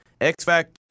X-Factor-